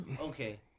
Okay